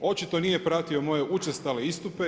Očito nije pratio moje učestale istupe.